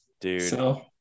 Dude